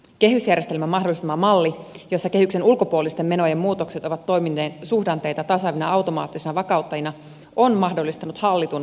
kehysjärjestelmän mahdollistama malli jossa kehyksen ulkopuolisten menojen muutokset ovat toimineet suhdanteita tasaavina automaattisina vakauttajina on mahdollistanut hallitun velanoton